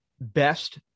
best